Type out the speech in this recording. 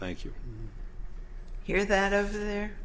thank you hear that over there